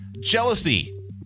Jealousy